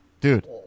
Dude